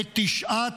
בתשעת,